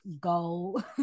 go